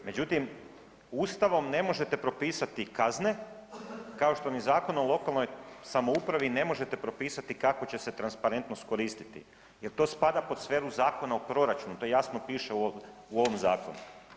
Međutim, Ustavom ne možete propisati kazne kao što ni Zakonom o lokalnoj samoupravi ne možete propisati kako će se transparentnost koristiti jel to spada pod sferu Zakona o proračunu to jasno piše u ovom zakonu.